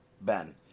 ben